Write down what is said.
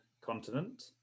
continent